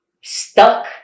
stuck